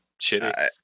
shitty